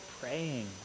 praying